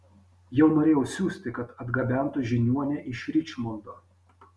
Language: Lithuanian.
jau norėjau siųsti kad atgabentų žiniuonę iš ričmondo